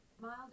Mild